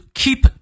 keep